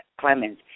Clemens